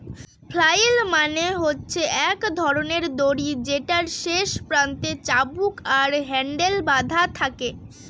flail মানে হচ্ছে এক ধরনের দড়ি যেটার শেষ প্রান্তে চাবুক আর হ্যান্ডেল বাধা থাকে